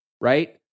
right